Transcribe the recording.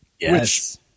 Yes